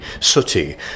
Sooty